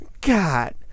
God